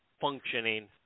functioning